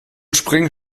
spring